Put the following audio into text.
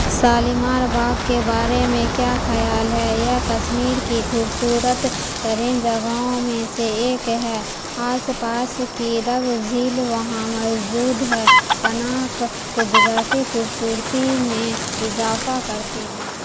شالیمار باغ کے بارے میں کیا خیال ہے یہ کشمیر کی خوبصورت ترین جگہوں میں سے ایک ہے آس پاس کی ڈل جھیل وہاں موجود ہے پناہ قدرتی خوبصورتی میں اضافہ کرتی ہے